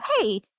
hey